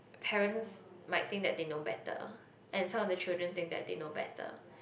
parents might think that they know better and some of the children think that they know better